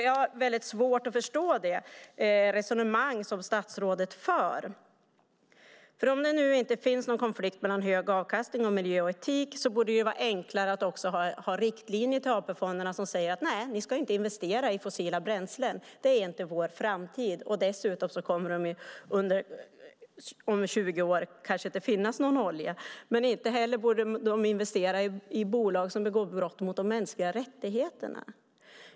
Jag har väldigt svårt att förstå det resonemang som statsrådet för. Om det nu inte finns någon konflikt mellan hög avkastning och miljö och etik borde det vara enklare att också ha riktlinjer för AP-fonderna som säger nej, ni ska inte investera i fossila bränslen. Det är inte vår framtid. Dessutom kommer det om 20 år kanske inte att finnas någon olja. Inte heller borde de investera i bolag som begår brott mot de mänskliga rättigheterna.